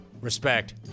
Respect